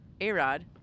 A-Rod